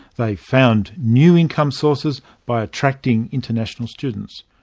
they found new income sources by attracting international students.